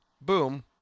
Boom